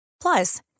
Plus